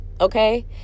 okay